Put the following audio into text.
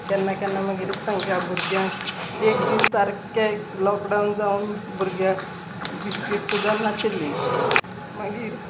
केन्ना केन्ना मागीर तांच्यां भुरग्यांक एक दीस सारकें लॉकडावन जावन भुरग्यांक बिस्कीट सुद्दां नाशिल्ली मागीर